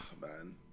man